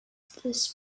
this